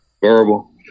verbal